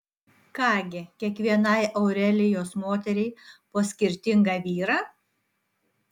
ką gi kiekvienai aurelijos moteriai po skirtingą vyrą